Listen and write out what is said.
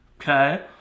okay